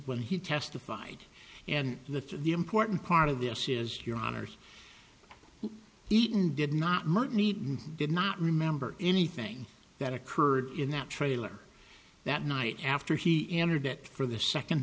when he testified and the the important part of this is your honors eaten did not martin eaten did not remember anything that occurred in that trailer that night after he entered it for the second